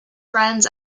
friends